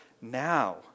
now